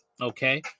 okay